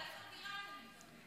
ועדת חקירה, אתה מתכוון?